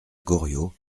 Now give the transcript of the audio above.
goriot